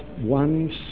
one